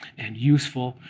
and useful,